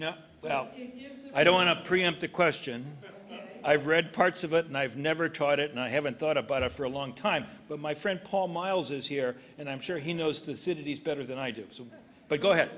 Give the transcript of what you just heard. me well i don't want to preempt a question i've read parts of it and i've never tried it and i haven't thought about it for a long time but my friend paul miles is here and i'm sure he knows the city's better than i do but go ahead